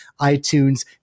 iTunes